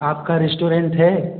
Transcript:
आपका रेस्टोरेंट है